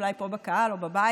אולי פה בקהל או בבית,